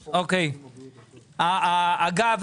אגב,